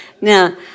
Now